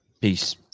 Peace